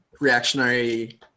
reactionary